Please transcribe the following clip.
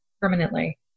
permanently